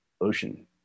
ocean